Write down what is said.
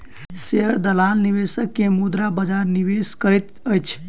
share दलाल निवेशक के मुद्रा बजार निवेश करैत अछि